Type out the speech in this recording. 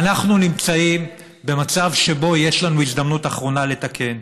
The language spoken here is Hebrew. ואנחנו נמצאים במצב שבו יש לנו הזדמנות אחרונה לתקן.